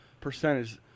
percentage